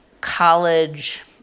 college